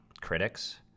critics